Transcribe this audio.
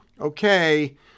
okay